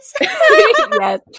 Yes